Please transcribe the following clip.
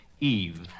Eve